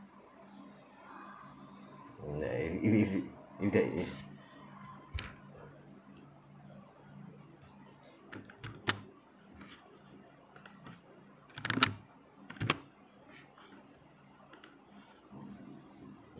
mm like if it if it if that if